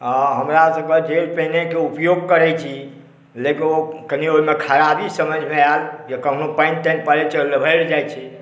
आ हमरा सबके जे पेनके उपयोग करै छी लेकिन ओ कनियो ओहिमे खराबी सब समझमे आयल कखनो पानि तानि पड़ै छै तँ लभरि जाइ छै